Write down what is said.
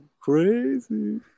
crazy